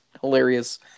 hilarious